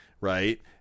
right –